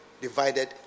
divided